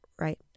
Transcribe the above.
right